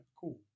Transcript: cool